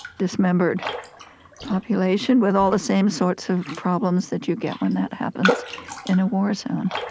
dismembered population with all the same sorts of problems that you get when that happens in a war zone